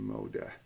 Moda